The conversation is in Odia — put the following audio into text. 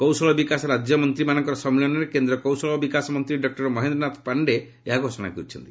କୌଶଳ ବିକାଶ ରାଜ୍ୟମନ୍ତ୍ରୀମାନଙ୍କର ସମ୍ମିଳନୀରେ କେନ୍ଦ୍ର କୌଶଳ ବିକାଶ ମନ୍ତ୍ରୀ ଡକ୍ଟର ମହେନ୍ଦ୍ରନାଥ ପାଣ୍ଡେ ଏହା ଘୋଷଣା କରିଛନ୍ତି